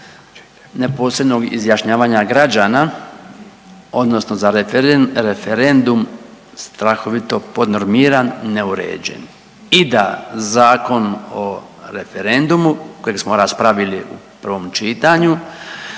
neposrednog izjašnjavanja građana odnosno za referendum strahovito podnormiran i neuređen i da Zakon o referendumu kojeg smo raspravili u prvom čitanju